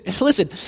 Listen